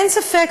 אין ספק,